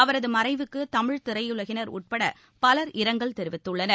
அவரது மறைவுக்கு தமிழ் திரையுலகினர் உட்பட பலர் இரங்கல் தெரிவித்துள்ளனர்